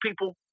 people